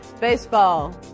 baseball